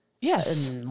Yes